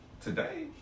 Today